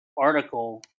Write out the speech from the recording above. article